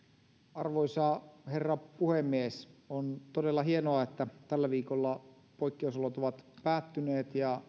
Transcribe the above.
arvoisa herra puhemies on todella hienoa että tällä viikolla poikkeusolot ovat päättyneet ja